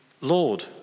Lord